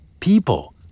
people